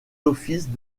offices